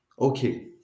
Okay